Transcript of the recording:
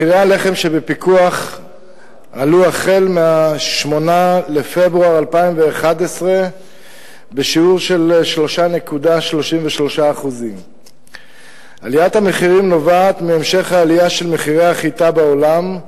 מחירי הלחם שבפיקוח עלו החל מ-8 בפברואר 2011 בשיעור של 3.33%. עליית המחירים נובעת מהמשך העלייה של מחירי החיטה בעולם,